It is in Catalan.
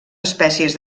espècies